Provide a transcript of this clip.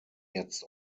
jetzt